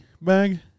bag